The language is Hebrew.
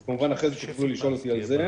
אז, כמובן, אחרי זה תוכלו לשאול אותי על זה.